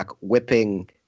whipping